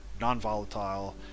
non-volatile